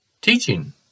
teaching